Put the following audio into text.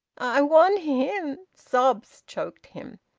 i want him sobs choked him.